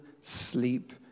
sleep